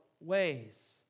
ways